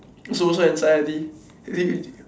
social anxiety